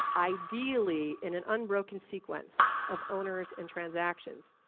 ideally in an unbroken sequence of owners and transactions.